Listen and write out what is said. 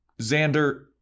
Xander